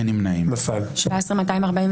הצבעה לא אושרו.